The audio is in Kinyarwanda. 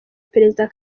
perezida